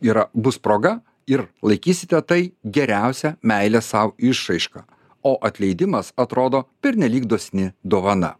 yra bus proga ir laikysite tai geriausia meilės sau išraiška o atleidimas atrodo pernelyg dosni dovana